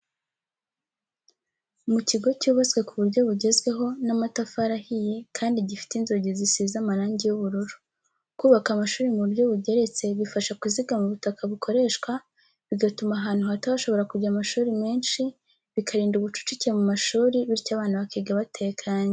Mu kigo cyubatswe ku buryo bugezweho n'amatafari ahiye kandi gifite inzugi zisize amarangi y'ubururu. Kubaka amashuri mu buryo bugeretse bifasha kuzigama ubutaka bukoreshwa, bigatuma ahantu hato hashobora kujya amashuri menshi, bikarinda ubucucike mu mashuri bityo abana bakiga batekanye.